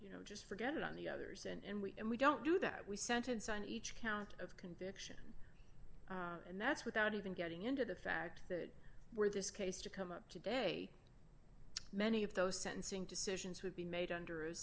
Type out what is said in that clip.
you know just forget it on the others and we and we don't do that we sentence on each count of conviction and that's without even getting into the fact that were this case to come up today many of those sentencing decisions would be made under a